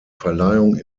verleihung